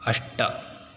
अष्ट